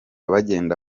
bagenda